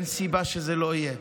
אין סיבה שזה לא יהיה.